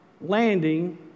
landing